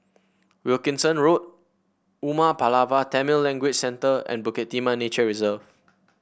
Wilkinson Road Umar Pulavar Tamil Language Center and Bukit Timah Nature Reserve